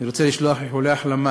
אני רוצה לשלוח איחולי החלמה